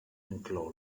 inclou